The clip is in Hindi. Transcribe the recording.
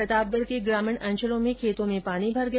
प्रतापगढ के ग्रामीण अंचलों में खेतों में पानी भर गया